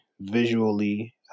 visually